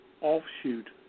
offshoot